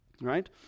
right